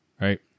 right